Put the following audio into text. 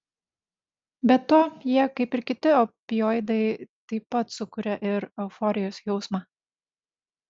be to jie kaip ir kiti opioidai taip pat sukuria ir euforijos jausmą